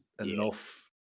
enough